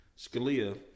Scalia